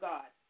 God